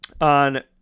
on